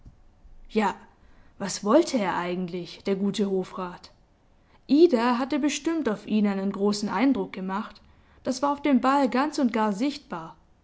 eindruck ja was wollte er eigentlich der gute hofrat ida hatte bestimmt auf ihn einen großen eindruck gemacht das war auf dem ball ganz und gar sichtbar